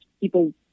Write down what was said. people